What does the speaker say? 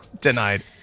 denied